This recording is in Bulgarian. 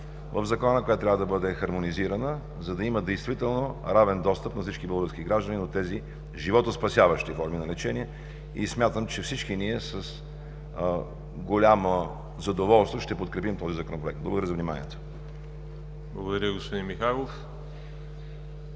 в Закона, която трябва да бъде хармонизирана, за да има действително равен достъп на всички български граждани до тези животоспасяващи форми на лечение. Смятам, че всички ние с голямо задоволство ще подкрепим този Законопроект. Благодаря за вниманието. ПРЕДСЕДАТЕЛ ВАЛЕРИ